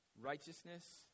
righteousness